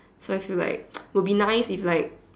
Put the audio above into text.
so I feel like will be nice if like